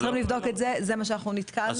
צריך לבדוק את זה, זה מה שאנחנו נתקלנו.